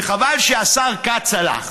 וחבל שהשר כץ הלך.